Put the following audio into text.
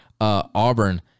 Auburn